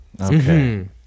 Okay